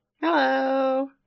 Hello